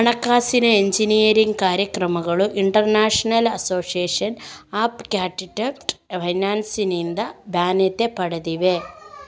ಹಣಕಾಸಿನ ಎಂಜಿನಿಯರಿಂಗ್ ಕಾರ್ಯಕ್ರಮಗಳು international association of quantitative ಫೈನಾನ್ಸಿನಿಂದ ಮಾನ್ಯತೆ ಪಡೆದಿವೆ